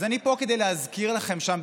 אז אני פה כדי להזכיר לכם שם,